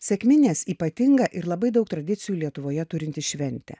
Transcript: sekminės ypatinga ir labai daug tradicijų lietuvoje turinti šventė